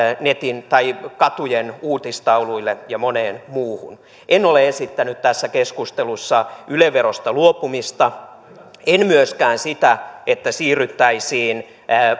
netin tai katujen uutistauluille ja moneen muuhun en ole esittänyt tässä keskustelussa yle verosta luopumista en myöskään sitä että siirryttäisiin